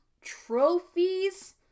trophies